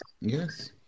Yes